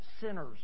sinners